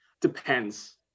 Depends